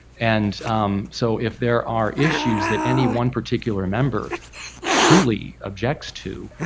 and so if there are issues that any one particular member truly objects to,